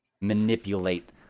manipulate